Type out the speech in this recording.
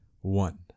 One